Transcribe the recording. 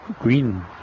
green